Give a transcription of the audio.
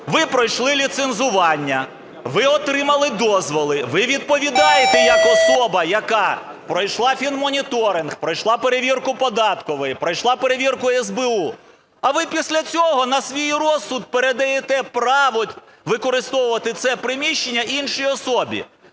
Ви пройшли ліцензування, ви отримали дозволи, ви відповідаєте як особа, яка пройшла фінмоніторинг, пройшла перевірку податкової, пройшла перевірку СБУ, а ви після цього на свій розсуд передаєте право використовувати це приміщення іншій особі.